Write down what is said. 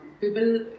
people